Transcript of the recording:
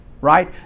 right